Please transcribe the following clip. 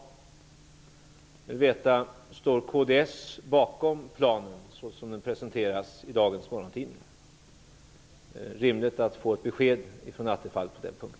Jag skulle vilja veta om kds står bakom planen såsom den presenteras i dagens morgontidningar. Det vore rimligt med ett besked från Attefall på den punkten.